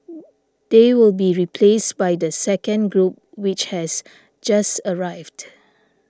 they will be replaced by the second group which has just arrived